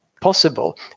possible